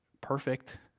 perfect